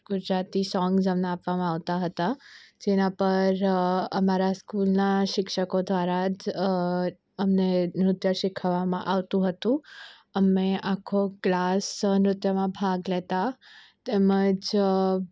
Gujarati songs અમને આપવામાં આવતા હતા જેના પર અમારા સ્કૂલના શિક્ષકો દ્વારા જ અમને નૃત્ય શીખવવામાં આવતું હતું અમે આખો ક્લાસ નૃત્યમાં ભાગ લેતા તેમ જ